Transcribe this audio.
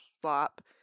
slop